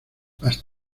más